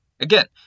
Again